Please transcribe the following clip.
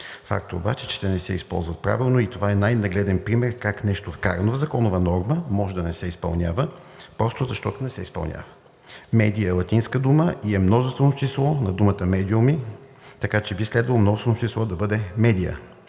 Факт е обаче, че те не се използват правилно, и това е най-нагледен пример как нещо вкарано в законова норма може да не се изпълнява просто защото не се изпълнява. „Медия“ е латинска дума и е множествено число на думата е „медиуми“, така че би следвало множествено число да бъде „медия“.